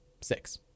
Six